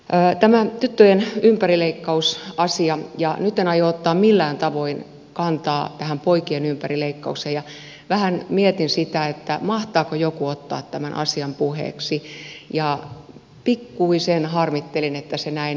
tämä tyttöjen ympärileikkausasia ja nyt en aio ottaa millään tavoin kantaa tähän poikien ympärileikkaukseen ja vähän mietin sitä että mahtaako joku ottaa tämän asian puheeksi ja pikkuisen harmittelin että se näin tapahtui